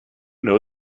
know